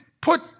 put